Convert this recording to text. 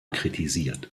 kritisiert